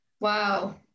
Wow